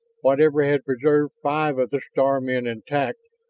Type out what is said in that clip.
whatever had preserved five of the star men intact,